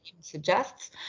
suggests